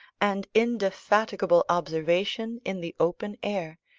and indefatigable observation in the open air,